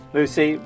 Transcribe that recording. Lucy